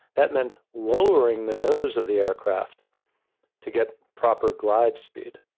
that meant lowering the nose of the air craft to get proper glide speed.